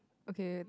okay